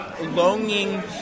longing